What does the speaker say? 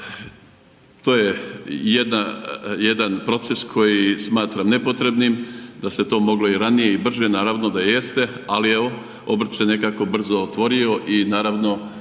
to je jedan proces koji smatram nepotrebnim. Da se to moglo ranije i brže, naravno da jeste, ali evo obrt se nekako brzo otvorio i čovjek